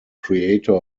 creator